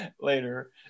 later